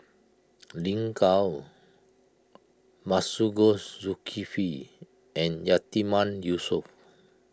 Lin Gao Masagos Zulkifli and Yatiman Yusof